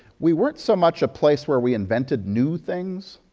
we werenit so much a place where we invented new things,